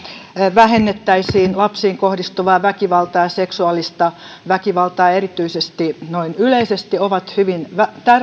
vähennettäisiin lapsiin kohdistuvaa väkivaltaa ja erityisesti seksuaalista väkivaltaa noin yleisesti ovat hyvin